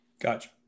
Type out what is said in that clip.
Gotcha